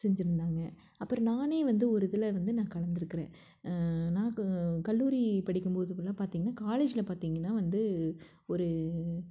செஞ்சுருந்தாங்க அப்புறம் நானே வந்து ஒரு இதில் வந்து நான் கலந்துருக்கிறேன் நான் கல்லூரி படிக்கும்போது ஃபுல்லாக பார்த்திங்கன்னா காலேஜில் பார்த்திங்கன்னா வந்து ஒரு